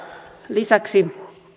lisäksi